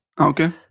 Okay